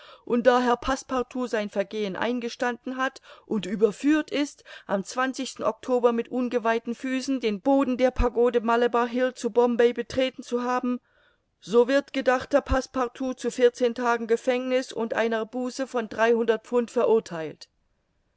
und da herr passepartout sein vergehen eingestanden hat und überführt ist am oktober mit ungeweihten füßen den boden der pagode malebar hill zu bombay betreten zu haben so wird gedachter passepartout zu vierzehn tagen gefängniß und einer buße von dreihundert pfund verurtheilt